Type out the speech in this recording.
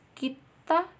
kita